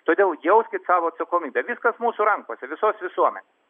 todėl jauskit savo atsakomybę viskas mūsų rankose visos visuomenės